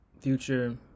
Future